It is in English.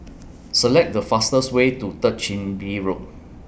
Select The fastest Way to Third Chin Bee Road